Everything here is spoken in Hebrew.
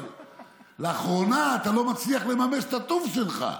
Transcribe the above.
אבל לאחרונה אתה לא מצליח לממש את הטוב שלך.